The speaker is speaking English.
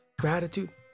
Gratitude